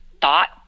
thought